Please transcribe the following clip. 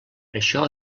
això